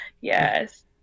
yes